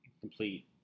Complete